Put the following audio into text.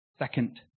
second